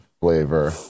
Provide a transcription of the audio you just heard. flavor